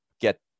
get